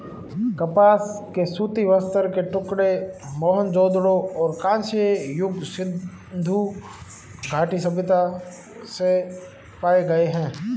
कपास के सूती वस्त्र के टुकड़े मोहनजोदड़ो और कांस्य युग सिंधु घाटी सभ्यता से पाए गए है